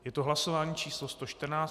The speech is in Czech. Je to hlasování číslo 114.